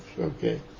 Okay